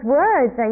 words